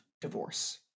divorce